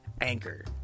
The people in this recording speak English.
Anchor